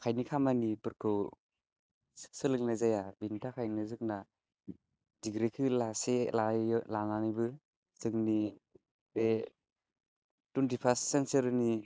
आखाइनि खामानिफोरखौ सोलोंनाय जाया बेनि थाखायनो जोंना डिग्रीखौ लासे लायो लानानैबो जोंनि बे टुइन्टि फार्स्त सेनचुरीनि